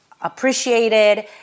appreciated